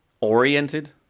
oriented